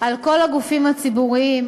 לכל הגופים הציבוריים,